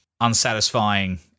unsatisfying